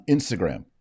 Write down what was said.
Instagram